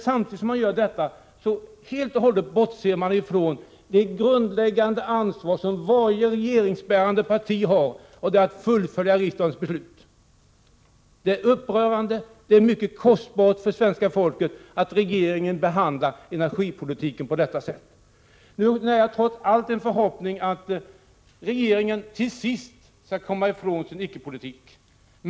Samtidigt som man gör detta bortser man helt och hållet från det grundläggande ansvar som varje regeringsparti har, nämligen att fullfölja riksdagens beslut. Det är upprörande och mycket kostsamt för svenska folket att regeringen sköter energipolitiken på det här sättet. Nu har jag trots allt en förhoppning om att regeringen till sist skall komma från sin icke-politik.